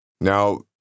Now